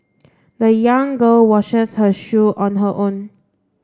the young girl washes her shoe on her own